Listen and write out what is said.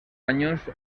años